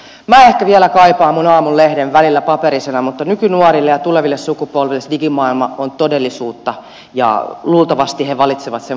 minä ehkä vielä kaipaan minun aamun lehteni välillä paperisena mutta nykynuorille ja tuleville sukupolville se digimaailma on todellisuutta ja luultavasti he valitsevat sen vaihtoehdon aina